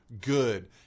good